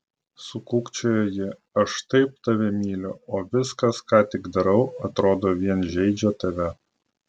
sukūkčiojo ji aš taip tave myliu o viskas ką tik darau atrodo vien žeidžia tave